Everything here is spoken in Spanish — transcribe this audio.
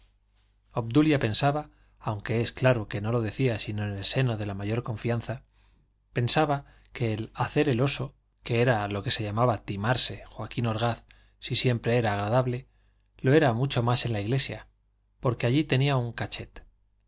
obdulia pensaba aunque es claro que no lo decía sino en el seno de la mayor confianza pensaba que el hacer el oso que era a lo que llamaba timarse joaquín orgaz si siempre era agradable lo era mucho más en la iglesia porque allí tenía un cachet